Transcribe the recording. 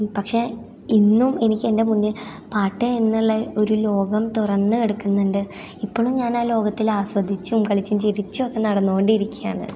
പക്ഷേ ഇന്നും എനിക്കെന്റെ മുന്നിൽ പാട്ട് എന്നുള്ള ഒരു ലോകം തുറന്ന് കിടക്കുന്നുണ്ട് ഇപ്പോളും ഞാൻ ആ ലോകത്തിൽ ആസ്വദിച്ചും കളിച്ചും ചിരിച്ചും ഒക്കെ നടന്നുകൊണ്ടിരിക്കുവാണ്